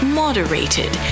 moderated